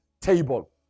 table